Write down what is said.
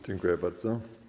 Dziękuję bardzo.